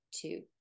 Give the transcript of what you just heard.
two